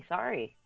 Sorry